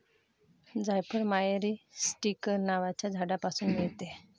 जायफळ मायरीस्टीकर नावाच्या झाडापासून मिळते